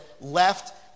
left